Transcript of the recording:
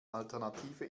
alternative